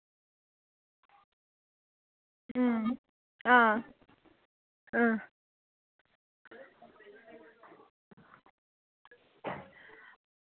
अं आं अ